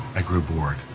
i grew bored.